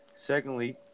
Secondly